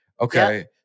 Okay